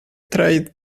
tried